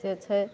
से छै